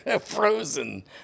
frozen